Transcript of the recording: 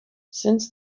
since